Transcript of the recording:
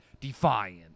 Defiant